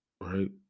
right